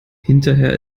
hinterher